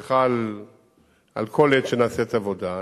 זה חל על כל עת שנעשית עבודה.